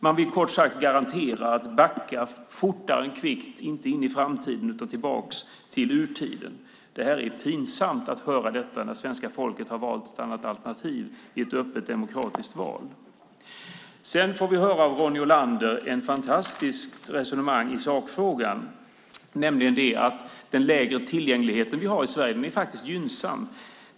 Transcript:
Man vill kort sagt garantera att vi backar fortare än kvickt, inte in i framtiden, utan tillbaka till urtiden. Det är pinsamt att höra detta när svenska folket har valt ett annat alternativ i ett öppet demokratiskt val. I sakfrågan får vi höra ett fantastiskt resonemang av Ronny Olander, nämligen att den lägre tillgänglighet vi har i Sverige faktiskt är gynnsam.